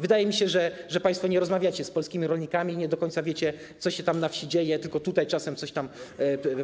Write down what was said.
Wydaje mi się, że państwo nie rozmawiacie z polskimi rolnikami i nie do końca wiecie, co się tam na wsi dzieje, tylko tutaj czasem coś